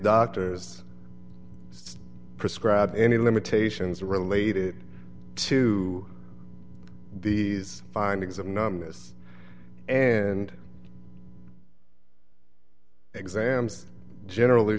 doctors prescribe any limitations related to these findings of numbness and exams generally